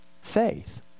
faith